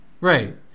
Right